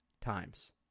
times